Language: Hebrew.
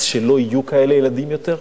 שלא יהיו כאלה ילדים יותר?